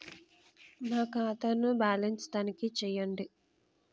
నా ఖాతా ను బ్యాలన్స్ తనిఖీ చేయండి?